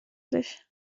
sich